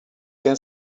get